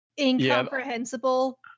Incomprehensible